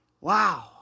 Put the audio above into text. Wow